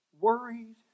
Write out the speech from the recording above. worried